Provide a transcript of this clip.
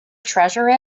treasure